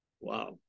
Wow